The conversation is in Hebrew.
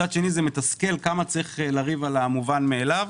מצד שני, מתסכל כמה צריך לריב על המובן מאליו.